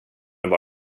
inte